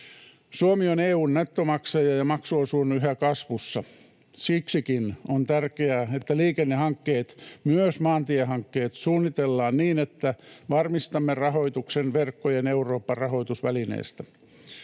Suomi on EU:n nettomaksaja, ja maksuosuus on yhä kasvussa. Siksikin on tärkeää, että liikennehankkeet, myös maantiehankkeet, suunnitellaan niin, että varmistamme rahoituksen Verkkojen Eurooppa ‑rahoitusvälineestä.